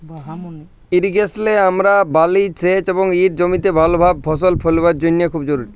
ইরিগেশলে আমরা বলি সেঁচ এবং ইট জমিতে ভালভাবে ফসল ফললের জ্যনহে খুব জরুরি